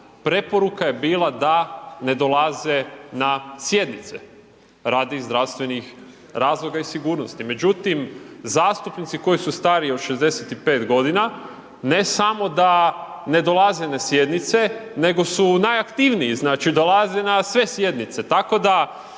preporuka je bila da ne dolaze na sjednice radi zdravstvenih razloga i sigurnosti. Međutim, zastupnici koji su stariji od 65.g. ne samo da ne dolaze na sjednice nego su najaktivniji, znači dolaze na sve sjednice,